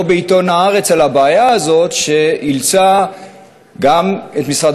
בעיתון "הארץ" על הבעיה הזאת שאילצה גם את משרד